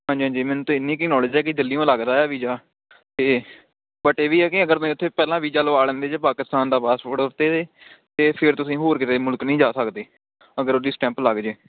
ਹਾਂਜੀ ਹਾਂਜੀ ਮੈਨੂੰ ਤਾਂ ਇੰਨੀ ਕੁ ਨੌਲੇਜ ਹੈਗੀ ਦਿੱਲੀਓਂ ਲੱਗਦਾ ਹੈ ਵੀਜ਼ਾ ਅਤੇ ਬਟ ਇਹ ਵੀ ਹੈ ਕਿ ਅਗਰ ਤੁਸੀਂ ਉੱਥੇ ਪਹਿਲਾਂ ਵੀਜ਼ਾ ਲਵਾ ਲੈਂਦੇ ਜੇ ਪਾਕਿਸਤਾਨ ਦਾ ਪਾਸਪੋਰਟ ਉੱਤੇ ਤਾਂ ਫਿਰ ਤੁਸੀਂ ਹੋਰ ਕਿਸੇ ਮੁਲਕ ਨਹੀਂ ਜਾ ਸਕਦੇ ਅਗਰ ਉਹਦੀ ਸਟੈਂਪ ਲੱਗ ਜੇ